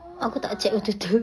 aku tak check betul-betul